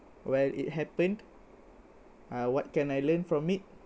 while it happened uh what can I learn from it